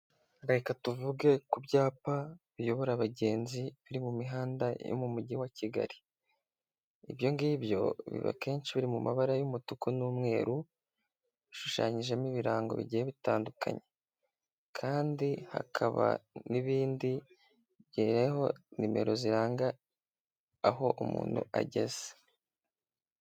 Reka tuvuge ku byapa biyobora abagenzi biri mu mihanda yo mu mujyi wa Kigali ibyo ngibyo biba akenshi biri mu mabara y'umutuku n'umweru bishushanyijemo ibirango bigiye bitandukanye kandi hakaba n'ibindi bigiye biriho nimero ziranga aho umuntu ageze.